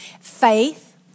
Faith